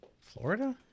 Florida